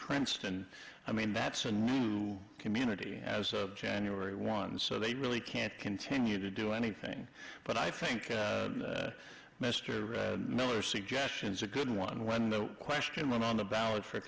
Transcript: cranston i mean that's a new community as of january one so they really can't continue to do anything but i think mr miller suggestions a good one when the question went on the ballot for